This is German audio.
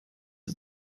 ist